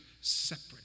separate